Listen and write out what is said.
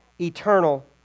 eternal